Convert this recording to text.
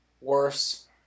worse